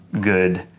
good